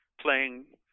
playing